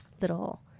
little